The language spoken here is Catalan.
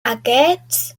aquests